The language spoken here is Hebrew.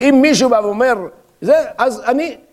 אם מישהו בא ואומר, זה, אז אני...